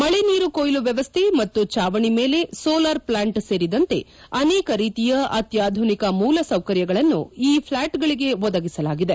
ಮಕನೀರು ಕೋಯ್ತು ವ್ವವಸ್ಥೆ ಮತ್ತು ಚಾವಣೆ ಮೇಲೆ ಸೋಲಾರ್ ಪ್ಲಾಂಟ್ ಸೇರಿದಂತೆ ಅನೇಕ ರೀತಿಯ ಅತ್ಪಾಧುನಿಕ ಮೂಲ ಸೌಕರ್ಯಗಳನ್ನು ಈ ಫ್ಲ್ಯಾಟ್ಗಳಿಗೆ ಒದಗಿಸಲಾಗಿದೆ